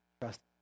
trust